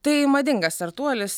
tai madingas startuolis